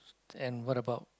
and what about